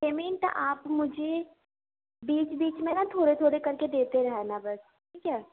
payment آپ مجھے بیچ بیچ میں نا تھوڑے تھوڑے کر کے دیتے رہنا بس ٹھیک ہے